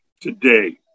today